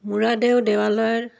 মূৰাদেউ দেৱালয়ৰ